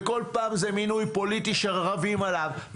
וכל פעם זה מינוי פוליטי שרבים עליו.